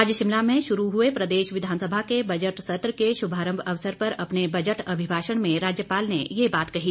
आज शिमला में शुरू हुए प्रदेश विधानसभा के बजट सत्र के शुभारंभ अवसर पर अपने बजट अभिभाषण में राज्यपाल ने ये बात कही